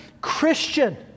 Christian